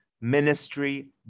ministry